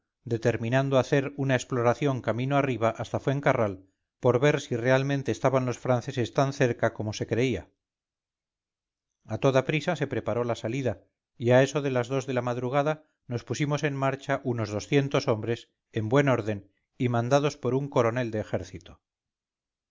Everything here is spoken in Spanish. determinando hacer una exploración camino arriba hasta fuencarral por ver si realmente estaban los franceses tan cerca como se creía a toda prisa se preparó la salida y a eso de las dos de la madrugada nos pusimos en marcha unos doscientos hombres en buen orden y mandados por un coronel de ejército